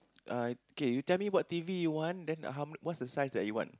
ah okay you tell me what T_V you want then how what's the size that you want